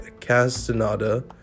Castaneda